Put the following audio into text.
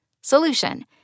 Solution